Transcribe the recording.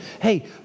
Hey